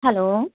hello